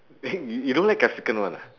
you don't like capsicum [one] ah